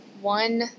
one